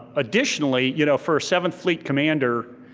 additionally, you know for a seventh fleet commander,